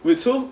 wait so